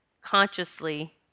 consciously